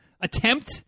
attempt